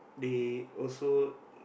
they also